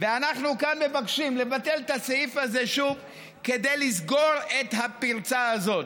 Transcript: ואנחנו כאן מבקשים לבטל את הסעיף הזה כדי לסגור את הפרצה הזאת.